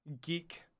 geek